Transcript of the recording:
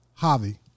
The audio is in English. Javi